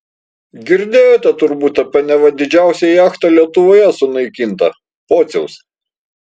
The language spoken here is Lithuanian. girdėjote turbūt apie neva didžiausią jachtą lietuvoje sunaikintą pociaus